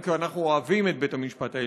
כי אנחנו אוהבים את בית-המשפט העליון.